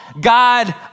God